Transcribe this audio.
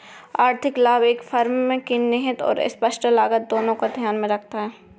आर्थिक लाभ एक फर्म की निहित और स्पष्ट लागत दोनों को ध्यान में रखता है